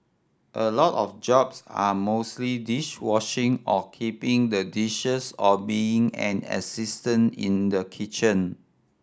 a lot of jobs are mostly dish washing or keeping the dishes or being an assistant in the kitchen